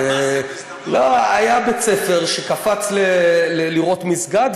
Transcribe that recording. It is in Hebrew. היה בית-ספר שקפץ לראות מסגד,